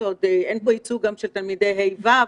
אין פה ייצוג של תלמידי ה'-ו',